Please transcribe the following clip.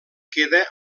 queda